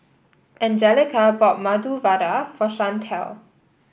Anjelica bought Medu Vada for Shantel